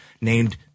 named